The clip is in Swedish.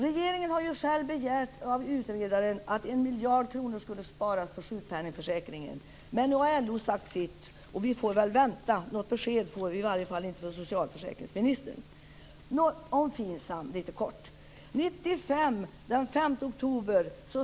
Regeringen har själv begärt av utredaren att 1 miljard kronor skall sparas på sjukpenningförsäkringen. Men nu har LO sagt sitt. Vi får väl vänta. Något besked får vi i varje fall inte av socialförsäkringsministern.